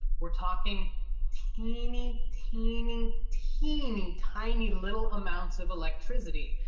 we're talking teeny, teeny, teeny, tiny little amounts of electricity.